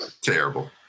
Terrible